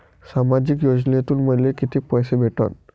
सामाजिक योजनेतून मले कितीक पैसे भेटन?